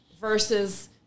versus